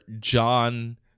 John